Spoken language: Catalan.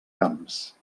camps